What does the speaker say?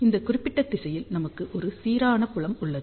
இந்த குறிப்பிட்ட திசையில் நமக்கு ஒரு சீரான புலம் உள்ளது